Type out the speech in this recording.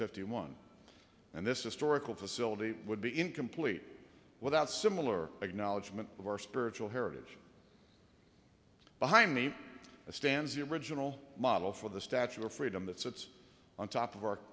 fifty one and this is story corps facility would be incomplete without similar acknowledgement of our spiritual heritage behind me a stand your original model for the statue of freedom that sits on top of our